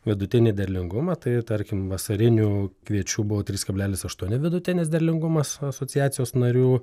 vidutinį derlingumą tai tarkim vasarinių kviečių buvo trys kablelis aštuoni vidutinis derlingumas asociacijos narių